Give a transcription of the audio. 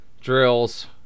Drills